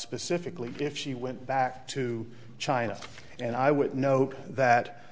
specifically if she went back to china and i would note that